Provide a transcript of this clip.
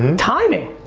and timing!